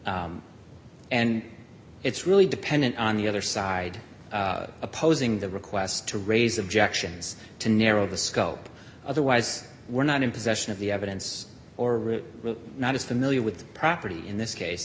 and it's really dependent on the other side opposing the request to raise objections to narrow the scope otherwise we're not in possession of the evidence or not as familiar with the property in this case